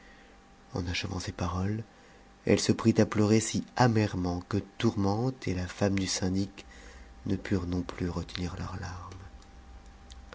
eu achevant ces paroles elle se prit à pleurer si amèrement que tourmente et la femme du syndic ne purent non plus retenir leurs larmes